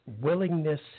willingness